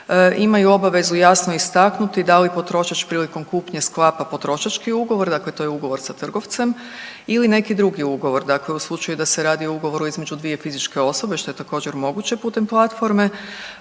imaju obavezu jasno istaknuti da li potrošač prilikom kupnje sklapa potrošački ugovor, dakle to je ugovor sa trgovcem ili neki drugi ugovor, dakle u slučaju da se radi o ugovoru između dvije fizičke osobe, što je također, moguće putem platforme,